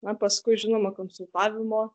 na paskui žinoma konsultavimo